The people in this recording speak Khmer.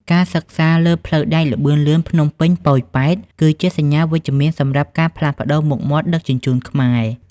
ការសិក្សាលើផ្លូវដែកល្បឿនលឿនភ្នំពេញ-ប៉ោយប៉ែត គឺជាសញ្ញាណវិជ្ជមានសម្រាប់ការផ្លាស់ប្តូរមុខមាត់ដឹកជញ្ជូនខ្មែរ។